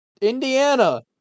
Indiana